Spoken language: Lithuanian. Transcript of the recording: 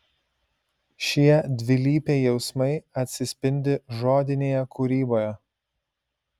šie dvilypiai jausmai atsispindi žodinėje kūryboje